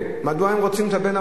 מדוע הם רוצים את הבן הרופא?